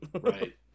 Right